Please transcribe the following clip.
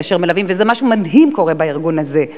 משהו מדהים קורה בארגון הזה.